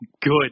good